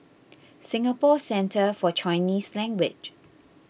Singapore Centre for Chinese Language